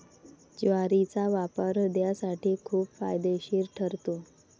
ज्वारीचा वापर हृदयासाठी खूप फायदेशीर ठरतो